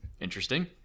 interesting